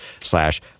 slash